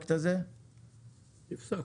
לפרויקט הזה, מרגי?